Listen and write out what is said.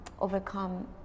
overcome